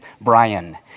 Brian